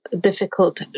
difficult